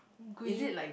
green